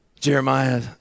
Jeremiah